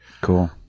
Cool